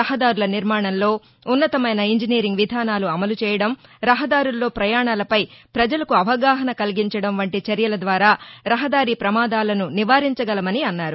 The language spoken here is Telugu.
రహదారుల నిర్మాణంలో ఉన్నతమైన ఇంజనీరింగ్ విధానాలు అమలు చేయడం రహదారుల్లో పయాణాలపై పజలకు అవగాహన కలిగించడం వంటి చర్యల ద్వారా రహదారి ప్రమాదాలను నివారించగలమని అన్నారు